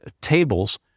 tables